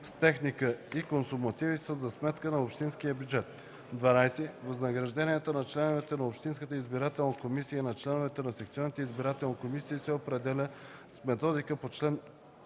с техника и консумативи, са за сметка на общинския бюджет; 12. възнагражденията на членовете на общинската избирателна комисия и на членовете на секционните избирателни комисии се определят с методиката по чл.